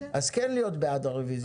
אז כן להיות בעד הרוויזיה.